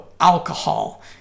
alcohol